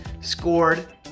scored